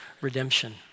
redemption